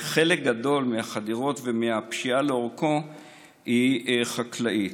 וחלק גדול מהחדירות ומהפשיעה לאורכו הן חקלאיות.